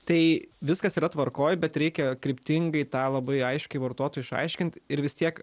tai viskas yra tvarkoj bet reikia kryptingai tą labai aiškiai vartotu išaiškint ir vis tiek